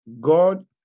God